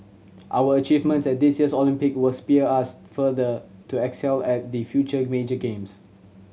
our achievements at this year's Olympic will spur us further to excel at the future major games